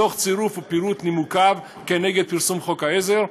תוך צירוף ופירוט נימוקיו כנגד פרסום חוק העזר,